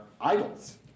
idols